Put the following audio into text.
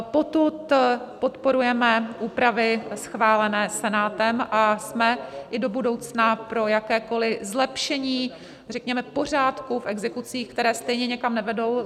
Potud podporujeme úpravy schválené Senátem a jsme i do budoucna pro jakékoli zlepšení řekněme pořádku v exekucích, které stejně nikam nevedou.